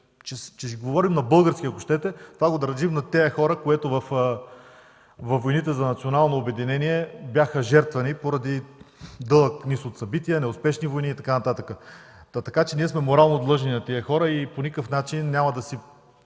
че говорим на български, ако щете, това го дължим на тези хора, които във войните за национално обединение бяха жертвани, поради дълг низ от събития – неуспешни войни и така нататък. Така че ние сме морално длъжни на тези хора и по никакъв начин няма да си